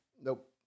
Nope